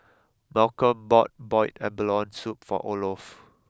Malcolm bought Boiled Abalone Soup for Olof